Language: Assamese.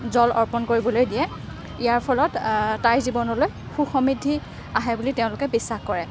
জল অৰ্পণ কৰিবলৈ দিয়ে ইয়াৰ ফলত তাইৰ জীৱনলৈ সুখ সমৃদ্ধি আহে বুলি তেওঁলোকে বিশ্বাস কৰে